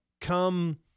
come